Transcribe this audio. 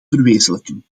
verwezenlijken